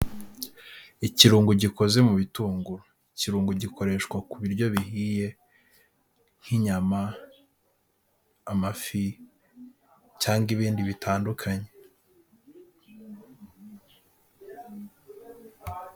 Ikirungo gikoze mu bitunguru. Ikirungo gikoreshwa ku biryo bihiye, nk'inyama, amafi cyangwa ibindi bitandukanye.